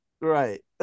right